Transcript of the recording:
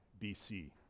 BC